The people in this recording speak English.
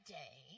day